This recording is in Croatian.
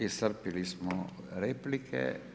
Iscrpili smo replike.